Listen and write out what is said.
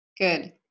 Good